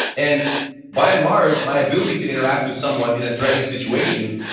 and by and large, my ability to interact with someone in a threatening situation,